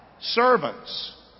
Servants